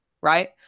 right